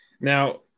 Now